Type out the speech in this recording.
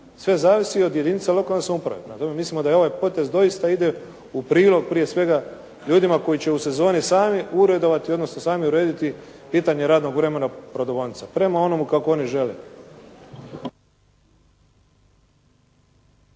sve zavisi od jedinice lokalne samouprave. Prema tome mislimo da ovaj potez doista ide u prilog prije svega ljudima koji će u sezoni sami uredovati, odnosno sami urediti pitanje radnog vremena prodavaonica prema onome kako oni žele.